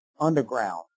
underground